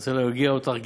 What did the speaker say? אני רוצה להרגיע אותך,